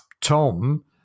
Tom